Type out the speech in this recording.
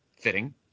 Fitting